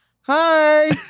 hi